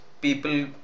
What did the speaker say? people